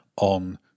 on